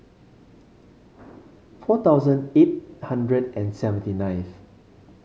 four thousand eight hundred and seventy ninth